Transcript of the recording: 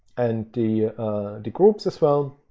and the the groups as well.